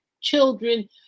children